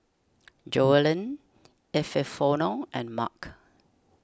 Joellen Epifanio and Marc